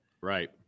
right